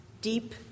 deep